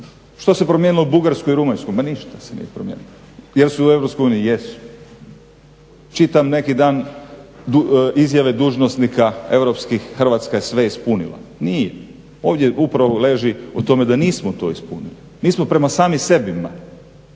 Što se promijenilo u Bugarskoj i Rumunjskoj? Ma ništa se nije promijenilo. Jel su u EU? Jesu. Čitam neki dan izjave dužnosnika europskih Hrvatska je sve ispunila. Nije. Ovdje upravo leži u tome da nismo to ispunili, nismo prema samim sebi.